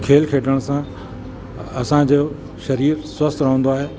खेल खेॾण सां असांजो शरीर स्वस्थ रहंदो आहे